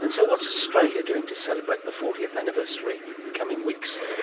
and so what's australia doing to celebrate the fortieth anniversary in coming weeks?